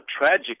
tragic